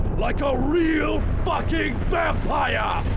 like a real fucking vampire!